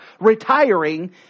retiring